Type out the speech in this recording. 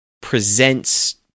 presents